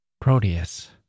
Proteus